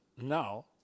now